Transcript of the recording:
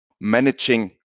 managing